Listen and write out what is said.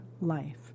life